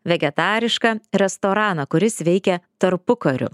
vegetarišką restoraną kuris veikė tarpukariu